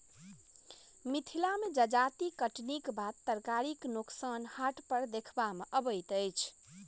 मिथिला मे जजाति कटनीक बाद तरकारीक नोकसान हाट पर देखबा मे अबैत अछि